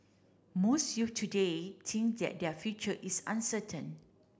most youth today think that their future is uncertain